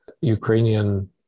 Ukrainian